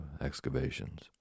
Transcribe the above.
excavations